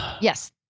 Yes